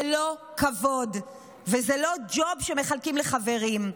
זה לא כבוד וזה לא ג'וב שמחלקים לחברים.